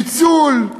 ניצול,